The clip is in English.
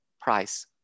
price